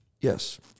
Yes